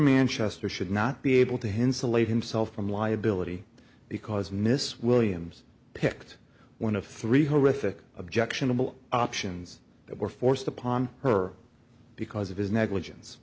manchester should not be able to insulate himself from liability because miss williams picked one of three horrific objectionable options that were forced upon her because of his negligence